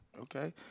Okay